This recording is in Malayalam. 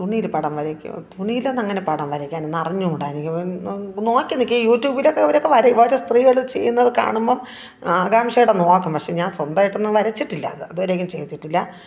തുണിയില് പടം വരയ്ക്കോ തുണിയിലൊന്നും അങ്ങനെ പടം വരയ്ക്കാനൊന്നും അറിഞ്ഞുകൂടാ എനിക്ക് നോക്കി നില്ക്കെ യൂ ട്യൂബിലൊക്കെ ഇവരൊക്കെ ഓരോ സ്ത്രീകള് ചെയ്യുന്നത് കാണുമ്പോള് ആകാംക്ഷയോടെ നോക്കും പക്ഷേ ഞാൻ സ്വന്തമായിട്ടൊന്നും വരച്ചിട്ടില്ല ഇതുവരേയ്ക്കും ചെയ്തിട്ടില്ല